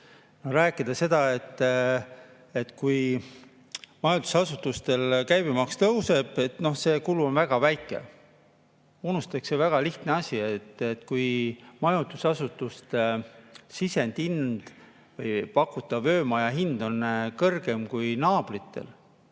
Rääkides seda, et kui majutusasutustel käibemaks tõuseb, et noh, see kulu on väga väike, unustatakse ära väga lihtne asi, et kui majutusasutuste sisendhind või pakutava öömaja hind on kõrgem kui naabritel,